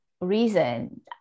reason